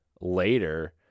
later